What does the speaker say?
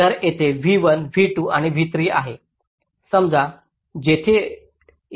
तर येथे v1 v2 आणि v3 आहे